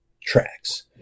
tracks